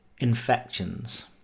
infections